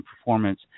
performance